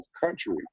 country